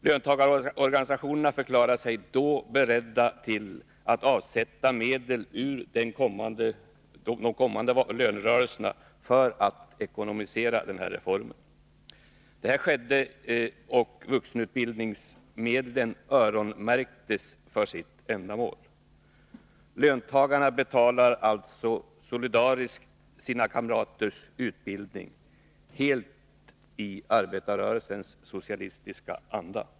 Löntagarorganisationerna förklarade sig då beredda att avsätta medel ur de kommande lönerörelserna för att finansiera reformen. Detta skedde, och vuxenutbildningsmedlen öronmärktes för sitt ändamål. Löntagarna betalar alltså solidariskt sina kamraters utbildning helt i arbetarrörelsens socialistiska anda.